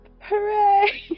hooray